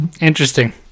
Interesting